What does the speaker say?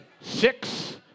six